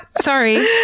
Sorry